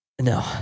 No